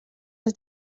les